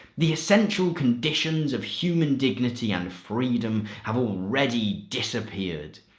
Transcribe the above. the essential conditions of human dignity and freedom have already disappeared.